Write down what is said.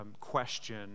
question